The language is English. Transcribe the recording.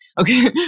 okay